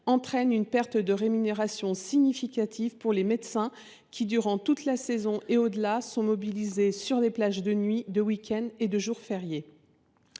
entraînent une perte de rémunération significative pour les médecins, qui, durant toute la saison et au delà, sont mobilisés la nuit, le week end et les jours fériés.